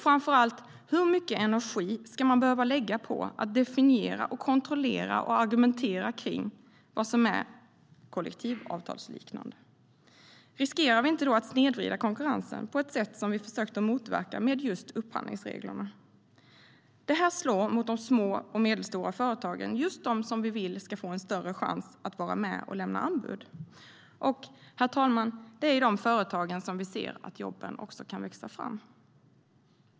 Framför allt är frågan hur mycket energi man ska behöva lägga på att definiera, kontrollera och argumentera kring vad som kollektivavtalsliknande. Riskerar vi inte då att snedvrida konkurrensen på ett sätt som vi har försökt motverka med just upphandlingsreglerna? Det här slår mot de små och medelstora företagen, alltså mot just dem vi vill ska få en större chans att vara med och lämna anbud. Det är de företagen vi ser att jobben kan växa fram i, herr talman.